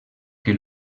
que